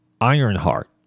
Ironheart